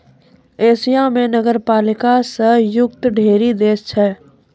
Asia म नगरपालिका स युक्त ढ़ेरी देश छै